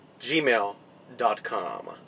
gmail.com